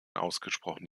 ausgesprochen